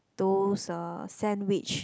those uh sandwich